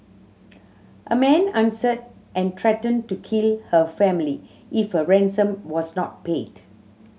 a man answered and threatened to kill her family if a ransom was not paid